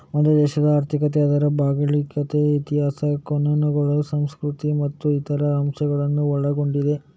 ಒಂದು ದೇಶದ ಆರ್ಥಿಕತೆ ಅದರ ಭೌಗೋಳಿಕತೆ, ಇತಿಹಾಸ, ಕಾನೂನುಗಳು, ಸಂಸ್ಕೃತಿ ಮತ್ತು ಇತರ ಅಂಶಗಳನ್ನ ಒಳಗೊಂಡಿದೆ